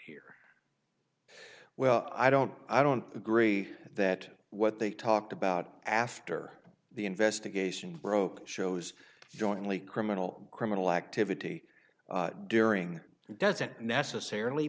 here well i don't i don't agree that what they talked about after the investigation broke shows jointly criminal criminal activity during doesn't necessarily